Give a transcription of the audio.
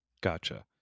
Gotcha